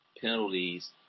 penalties –